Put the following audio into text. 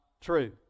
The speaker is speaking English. true